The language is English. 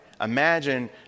Imagine